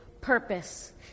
purpose